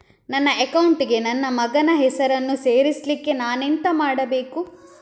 ನನ್ನ ಅಕೌಂಟ್ ಗೆ ನನ್ನ ಮಗನ ಹೆಸರನ್ನು ಸೇರಿಸ್ಲಿಕ್ಕೆ ನಾನೆಂತ ಮಾಡಬೇಕು?